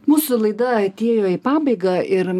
mūsų laida atėjo į pabaigą ir